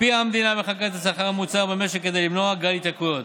הקפיאה המדינה בחקיקה את השכר הממוצע במשק כדי למנוע גל התייקרויות.